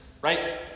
right